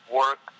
work